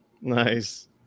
Nice